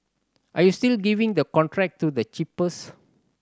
are you still giving the contract to the cheapest